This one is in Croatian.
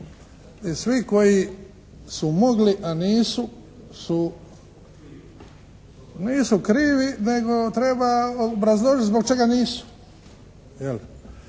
svi koji su mogli, a nisu su, nisu krivi nego treba obrazložiti zbog čega nisu,